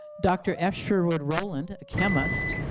dr. f. sherwood rowland, chemist,